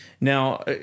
Now